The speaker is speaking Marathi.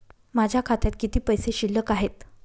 माझ्या खात्यात किती पैसे शिल्लक आहेत?